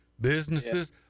businesses